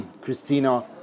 Christina